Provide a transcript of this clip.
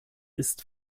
ist